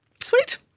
Sweet